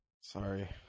sorry